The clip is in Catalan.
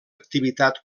activitat